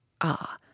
Ah